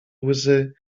łzy